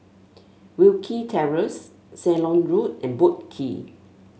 Wilkie Terrace Ceylon Road and Boat Quay